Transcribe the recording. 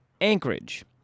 Anchorage